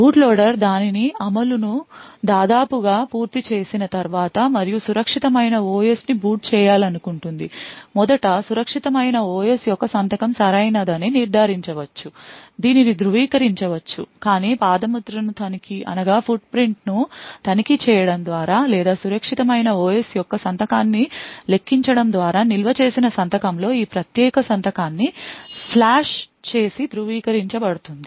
boot loader దాని అమలు ను దాదాపుగా పూర్తి చేసిన తరువాత మరియు సురక్షితమైన OS ని బూట్ చేయాలనుకుంటే మొదట సురక్షితమైన OS యొక్క సంతకం సరైనదని నిర్ధారించవచ్చు దీనిని ధృవీకరించవచ్చు కాని పాదముద్ర ను తనిఖీ చేయడం ద్వారా లేదా సురక్షితమైన OS యొక్క సంతకాన్ని లెక్కించడం ద్వారా నిల్వ చేసిన సంతకం తో ఈ ప్రత్యేక సంతకాన్ని ఫ్లాష్ చేసి ధృవీకరించ బడుతుంది